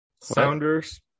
Sounders